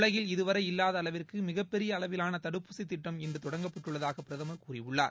உலகில் இதுவரை இல்லாத அளவிற்கு மிகப்பெரிய அளவிலான தடுப்பூசி திட்டம் இன்று தொடங்கப்பட்டுள்ளதாக பிரதமர் கூறியுள்ளார்